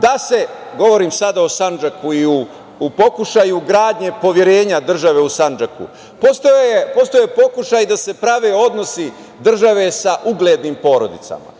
da se, govorim o Sandžaku, da se u pokušaju gradnje poverenja države u Sandžaku, postojao je pokušaj da se prave odnosi države sa uglednim porodicama,